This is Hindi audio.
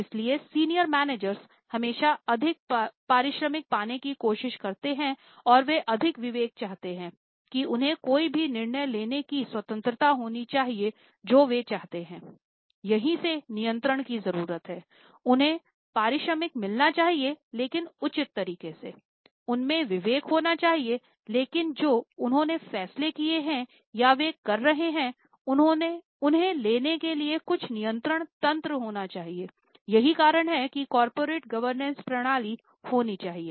इसलिए सीनियर मैनेजर प्रणाली होनी चाहिए